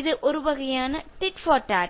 இது ஒரு வகையான டிட் பார் டாட்